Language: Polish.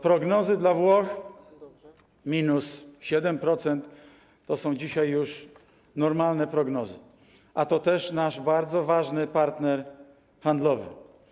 Prognozy dla Włoch: minus 7% to są dzisiaj już normalne prognozy, a to jest też nasz bardzo ważny partner handlowy.